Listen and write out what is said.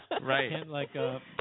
Right